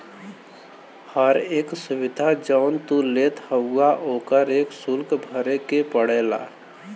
हर एक सुविधा जौन तू लेत हउवा ओकर एक सुल्क भरे के पड़ला